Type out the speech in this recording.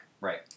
Right